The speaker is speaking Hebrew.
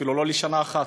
אפילו לא לשנה אחת.